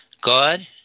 God